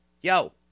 yo